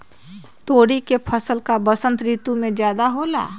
तोरी के फसल का बसंत ऋतु में ज्यादा होला?